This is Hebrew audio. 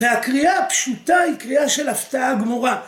והקריאה הפשוטה היא קריאה של הפתעה גמורה.